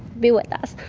be with us.